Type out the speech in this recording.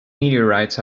meteorites